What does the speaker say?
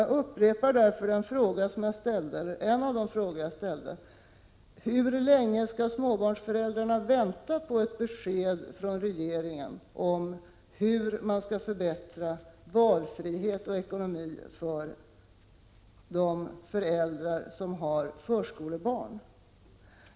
Jag upprepar därför en av de frågor som jag ställde: Hur länge skall småbarnsföräldrarna vänta på ett besked från regeringen om på vilket sätt man skall förbättra valfrihet och ekonomi för de föräldrar som har förskolebarn?